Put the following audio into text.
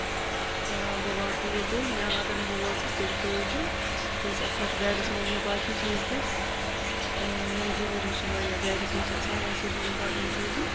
بہٕ واتہٕ توٗرۍ تیٚلہِ یا اَگر نہٕ بہٕ وٲژٕس تیٚلہِ ترٲیو تُہۍ کیازِ کہِ اَتھ منٛز چھِ بیگس منٛز مےٚ باقٕے چیٖز تہِ یِم ضروٗری چھِ واریاہ بیگس منٛز چھِ آسان ویسے بی امپارٹنٹ چیٖزٕے